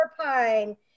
pine